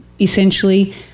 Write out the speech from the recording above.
essentially